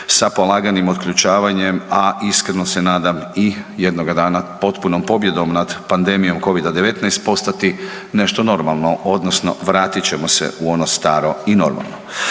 sa polaganim otključavanjem, a iskreno se nadam, i jednoga dana, potpunom pobjedom nad pandemijom Covida-19, postati nešto normalno, odnosno vratit ćemo se u ono staro i normalno.